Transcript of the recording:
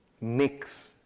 mix